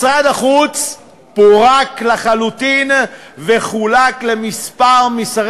משרד החוץ פורק לחלוטין וחולק לכמה משרי